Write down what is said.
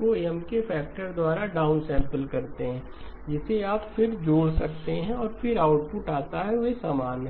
को M के factor द्वारा डाउनसैंपल करते है जिसे आप फिर जोड़ सकते हैं और फिर आउटपुट आता है वे समान हैं